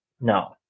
No